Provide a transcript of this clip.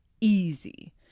easy